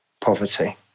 poverty